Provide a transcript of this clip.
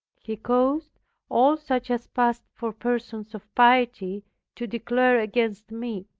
he caused all such as passed for persons of piety to declare against me.